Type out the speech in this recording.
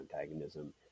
antagonism